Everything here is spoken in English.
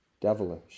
devilish